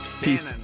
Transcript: Peace